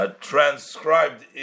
Transcribed